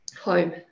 Home